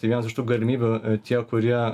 tai vienas iš tų galimybių tie kurie